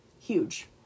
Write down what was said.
huge